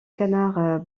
canard